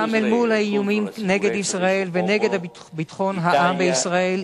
גם לנוכח האיומים על ישראל ועל ביטחון העם בישראל,